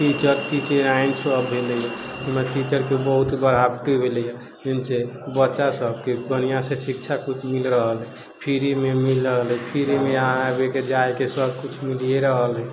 teacher टीचराइन सब भेलै हँ अयमे टीचरके बहुत बढ़ाबती भेलै हँ बच्चा सबके बन्हियासँ शिक्षा मिल रहल छै फ्रीमे मिल रहल अय फ्रीमे आबैके जाइके सब किछु मिलिये रहल है